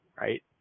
right